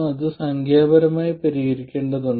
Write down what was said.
അത് ഈ ഗ്രാഫിന്റെ ചരിവാണ്